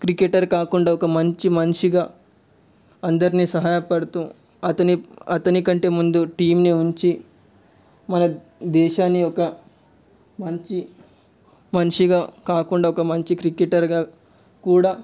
cricketer కాకుండా ఒక మంచి మనిషిగా అందరిని సహాయా పడుతూ అతని అతని కంటే ముందు టీమ్ని ఉంచి మన దేశాన్ని ఒక మంచి మనిషిగా కాకుండా ఒక మంచి క్రికెటర్గా కూడా